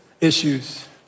issues